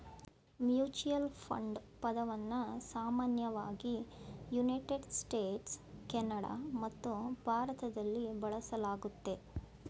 mutual fund ಪದವನ್ನ ಸಾಮಾನ್ಯವಾಗಿ United States, Canada ಮತ್ತು ಭಾರತದಲ್ಲಿ ಬಳಸಲಾಗುತ್ತೆ